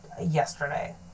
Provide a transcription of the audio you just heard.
yesterday